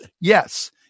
Yes